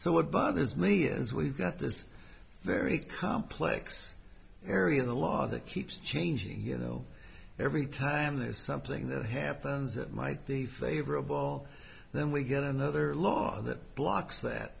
so what bothers me is we've got this very complex area of the law that keeps changing you know every time there's something that happens that might be favorable then we get another law that blocks that